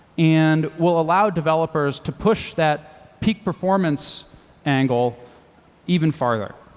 and will allow developers to push that peak performance angle even farther.